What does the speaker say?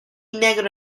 negro